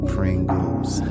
Pringles